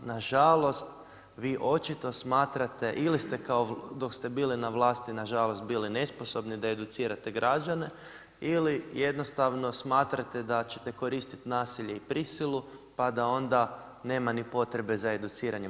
Na žalost vi očito smatrate ili ste dok ste bili na vlasti na žalost bili nesposobni da educirate građane ili jednostavno smatrate da ćete koristiti nasilje i prisilu, pa da onda nema ni potrebe za educiranjem.